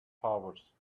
powers